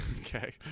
Okay